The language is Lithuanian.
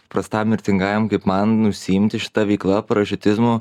paprastam mirtingajam kaip man užsiimti šita veikla parašiutizmo